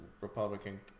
Republican